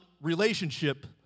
relationship